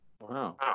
wow